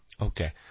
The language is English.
Okay